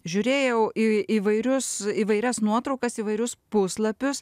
žiūrėjau į įvairius įvairias nuotraukas įvairius puslapius